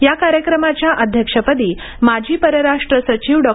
या कार्यक्रमाच्या अध्यक्षपदी माजी परराष्ट्र सचिव डॉ